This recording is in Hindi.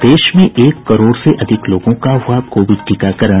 और देश में एक करोड़ से अधिक लोगों का हुआ कोविड टीकाकारण